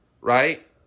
right